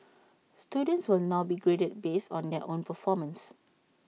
students will now be graded based on their own performance